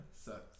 Sucks